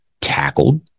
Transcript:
tackled